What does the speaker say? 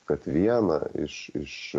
kad vieną iš iš